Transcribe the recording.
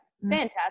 fantastic